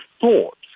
thoughts